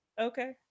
okay